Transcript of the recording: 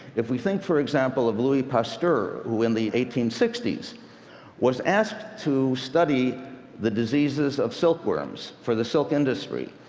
if we think, for example, of louis pasteur, who in the eighteen sixty s was asked to study the diseases of silk worms for the silk industry,